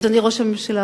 אדוני ראש הממשלה,